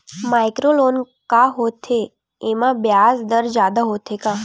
Micro loan का होथे येमा ब्याज दर जादा होथे का?